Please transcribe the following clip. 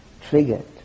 triggered